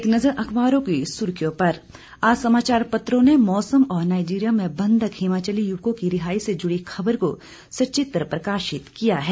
एक नजर अखबारों की सुर्खियों पर आज समाचार पत्रों ने मौसम और नाइजीरिया में बंधक हिमाचली युवकों की रिहाई से जुड़ी खबर को सचित्र प्रकाशित किया है